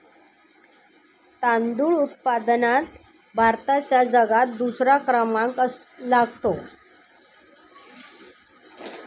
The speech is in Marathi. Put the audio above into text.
तांदूळ उत्पादनात भारताचा जगात दुसरा क्रमांक लागतो